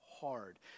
hard